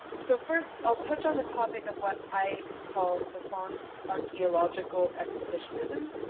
so first i'll touch on the topic of what i call the faun's archaeological exhibitionism.